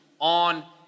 on